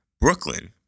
Brooklyn